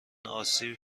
آسیب